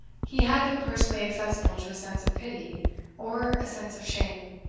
he had been personally accessible to a sense of pity or a sense of shame.